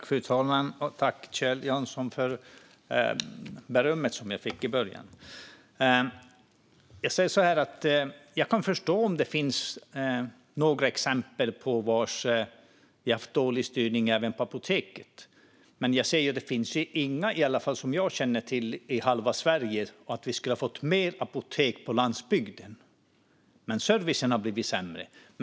Fru talman! Tack, Kjell Jansson, för berömmet som jag fick i början! Jag kan förstå att det finns exempel på där vi har haft dålig styrning på Apoteket. Men jag ser inte i den halva av Sverige som jag känner till att vi skulle ha fått fler apotek på landsbygden, utan servicen har blivit sämre.